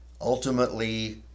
ultimately